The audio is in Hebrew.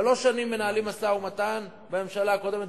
שלוש שנים מנהלים משא-ומתן בממשלה הקודמת,